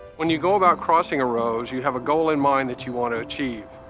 when you go about crossing a rose you have a goal in mind that you want to achieve.